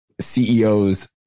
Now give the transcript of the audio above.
CEOs